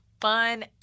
fun